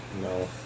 No